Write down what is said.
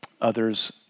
Others